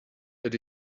that